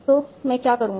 तो मैं क्या करूंगा